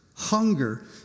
Hunger